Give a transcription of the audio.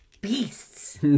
beasts